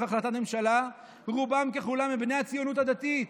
החלטת ממשלה רובם ככולם הם בני הציונות הדתית.